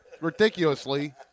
ridiculously